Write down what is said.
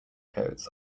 coats